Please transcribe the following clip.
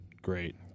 Great